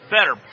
better